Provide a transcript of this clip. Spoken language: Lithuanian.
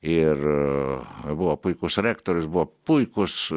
ir buvo puikus rektorius buvo puikus